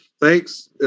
thanks